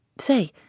Say